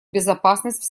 безопасность